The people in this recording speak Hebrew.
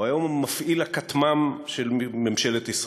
היום הוא מפעיל הכטמ"ם של ממשלת ישראל.